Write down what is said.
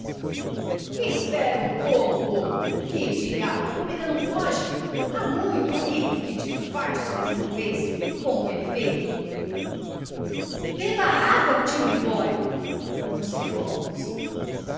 espere um pouco lobo que diabo a comida não foge há muito ai com que te fartares por uma vez com efeito beba água tio libório aconselhou augusta